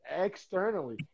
externally